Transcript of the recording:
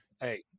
Hey